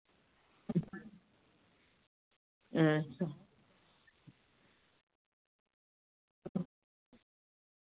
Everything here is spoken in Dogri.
अं